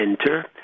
enter